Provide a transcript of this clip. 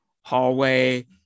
hallway